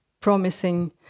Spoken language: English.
promising